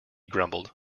grumbled